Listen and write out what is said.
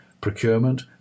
procurement